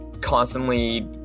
constantly